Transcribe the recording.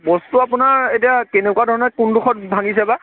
প'ষ্টটো আপোনাৰ এতিয়া কেনেকুৱা ধৰণে কোনডোখৰত ভাগিছে বা